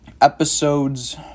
episodes